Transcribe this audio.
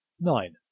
Nine